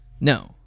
No